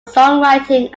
songwriting